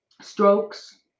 strokes